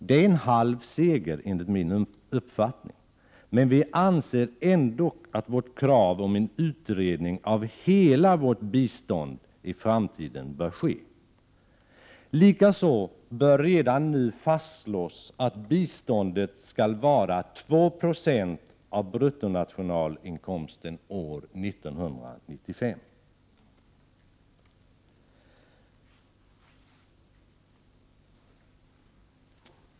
Det är en halv seger, enligt min uppfattning, men vi anser ändock att vårt krav om en utredning av hela det svenska biståndet i framtiden bör ske. Likaså bör redan nu fastslås att biståndet skall vara 2 20 av BNI år 1995.